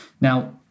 Now